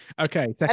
Okay